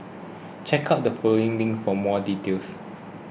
check out the following link for more details